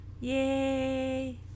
Yay